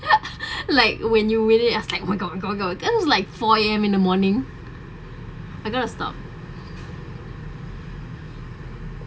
like when you really acts like my god my god my god that was like four A_M in the morning I'm going to stop